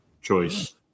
choice